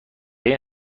این